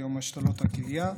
יום השתלות הכליה: